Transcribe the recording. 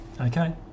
Okay